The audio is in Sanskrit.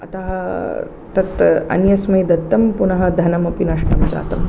अतः तत् अन्यस्मै दत्तं पुनः धनमपि नष्टं जातं